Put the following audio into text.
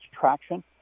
traction